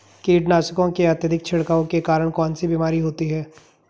कीटनाशकों के अत्यधिक छिड़काव के कारण कौन सी बीमारी होती है?